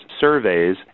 surveys